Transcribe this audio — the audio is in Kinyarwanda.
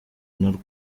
narwo